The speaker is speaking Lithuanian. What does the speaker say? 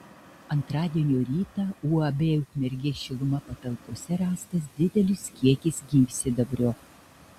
antradienio rytą uab ukmergės šiluma patalpose rastas didelis kiekis gyvsidabrio